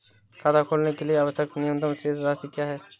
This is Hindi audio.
खाता खोलने के लिए आवश्यक न्यूनतम शेष राशि क्या है?